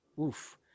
Oof